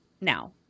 now